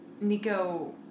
Nico